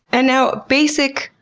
and now, basic,